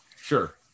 Sure